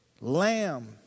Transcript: Lamb